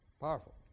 Powerful